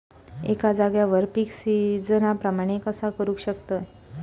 एका जाग्यार पीक सिजना प्रमाणे कसा करुक शकतय?